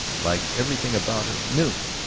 like everything about her, new.